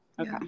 Okay